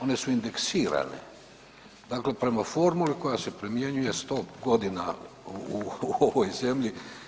One su indeksirane, dakle prema formuli koja se primjenjuje 100.g. u ovoj zemlji.